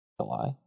July